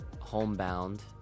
homebound